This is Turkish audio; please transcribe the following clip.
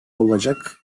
olacak